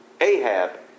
Ahab